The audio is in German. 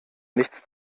nichts